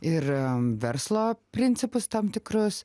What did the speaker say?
ir verslo principus tam tikrus